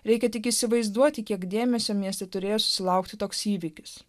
reikia tik įsivaizduoti kiek dėmesio mieste turėjo susilaukti toks įvykis